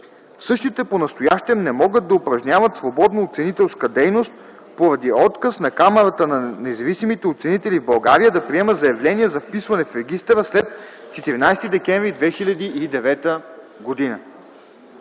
Същите понастоящем не могат да упражняват свободно оценителска дейност, поради отказ на Камарата на независимите оценители в България да приема заявления за вписване в регистъра след 14 декември 2009 г.